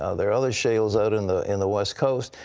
ah there are other shales out in the in the west coast.